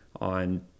on